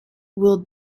will